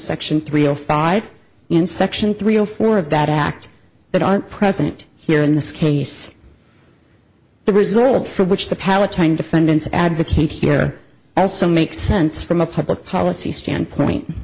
section three or five in section three or four of that act that aren't present here in this case the result for which the palatine defendants advocate here also makes sense from a public policy standpoint